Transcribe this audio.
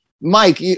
Mike